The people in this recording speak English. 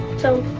so,